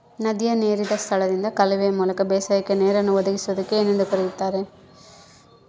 ನದಿಯ ನೇರಿನ ಸ್ಥಳದಿಂದ ಕಾಲುವೆಯ ಮೂಲಕ ಬೇಸಾಯಕ್ಕೆ ನೇರನ್ನು ಒದಗಿಸುವುದಕ್ಕೆ ಏನೆಂದು ಕರೆಯುತ್ತಾರೆ?